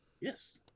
Yes